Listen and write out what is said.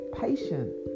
patient